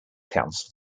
counsel